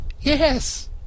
Yes